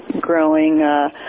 growing